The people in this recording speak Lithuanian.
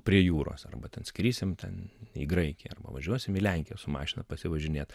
prie jūros arba ten skrisim ten į graikiją arba važiuosim į lenkiją su mašina pasivažinėt